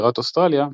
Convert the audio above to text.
בירת אוסטרליה,